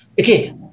Okay